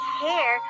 hair